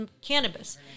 cannabis